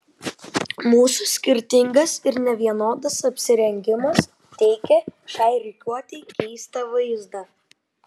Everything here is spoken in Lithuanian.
mūsų skirtingas ir nevienodas apsirengimas teikė šiai rikiuotei keistą vaizdą